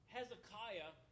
Hezekiah